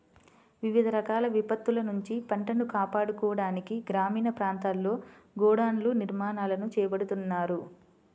వివిధ రకాల విపత్తుల నుంచి పంటను కాపాడుకోవడానికి గ్రామీణ ప్రాంతాల్లో గోడౌన్ల నిర్మాణాలను చేపడుతున్నారు